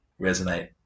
resonate